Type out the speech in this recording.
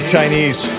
Chinese